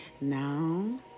Now